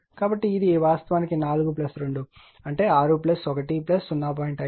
కాబట్టి ఇది వాస్తవానికి 4 2 అంటే 6 1 0